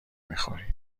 میخوری